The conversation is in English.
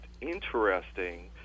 interesting